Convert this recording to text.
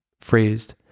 phrased